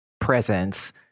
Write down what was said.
presence